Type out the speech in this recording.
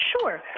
Sure